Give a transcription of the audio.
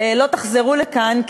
לא תחזרו לכאן,